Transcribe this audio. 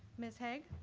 ms. hague?